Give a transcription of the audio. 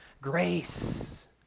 grace